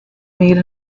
made